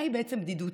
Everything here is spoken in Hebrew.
מהי בעצם בדידות?